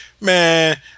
man